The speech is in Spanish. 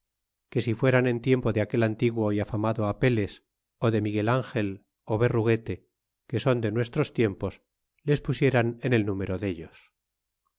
que si fuéran en tiempo de aquel antiguo é afamado apeles ü de micael angel ó berra guete que son de nuestros tiempos les pusie ran en el número dellos